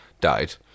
died